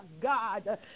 God